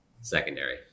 secondary